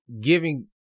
giving